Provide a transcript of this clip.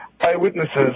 eyewitnesses